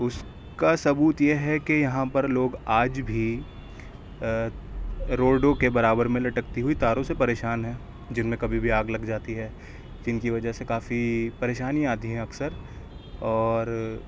اُس کا ثبوت یہ ہے کہ یہاں پر لوگ آج بھی روڈوں کے برابر میں لٹکتی ہوئی تاروں سے پریشان ہیں جن میں کبھی بھی آگ لگ جاتی ہے جن کی وجہ سے کافی پریشانیاں آتی ہیں اکثر اور